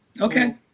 Okay